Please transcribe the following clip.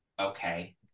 Okay